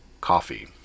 coffee